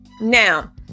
Now